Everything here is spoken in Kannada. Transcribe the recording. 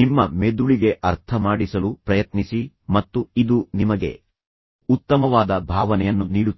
ನಿಮ್ಮ ಮೆದುಳಿಗೆ ಅರ್ಥ ಮಾಡಿಸಲು ಪ್ರಯತ್ನಿಸಿ ಮತ್ತು ಇದು ನಿಮಗೆ ಉತ್ತಮವಾದ ಭಾವನೆಯನ್ನು ನೀಡುತ್ತದೆ